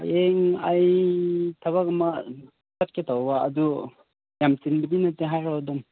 ꯍꯌꯦꯡ ꯑꯩ ꯊꯕꯛ ꯑꯃ ꯆꯠꯀꯦ ꯇꯧꯕ ꯑꯗꯨ ꯌꯥꯝ ꯆꯤꯟꯕꯗꯤ ꯅꯠꯇꯦ ꯍꯥꯏꯔꯣ ꯑꯗꯨꯝ